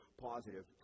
positive